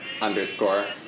underscore